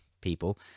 people